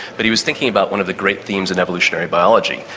but he was thinking about one of the great themes in evolutionary biology,